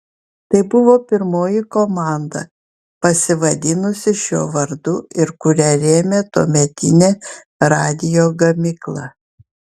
tai buvo pirmoji komanda pasivadinusi šiuo vardu ir kurią rėmė tuometinė radijo gamykla